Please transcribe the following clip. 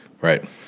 Right